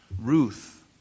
Ruth